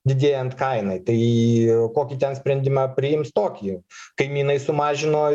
didėjant kainai tai kokį ten sprendimą priims tokį kaimynai sumažino